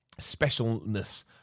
specialness